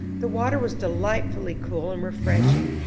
the water was delightfully cool and refreshing,